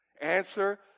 Answer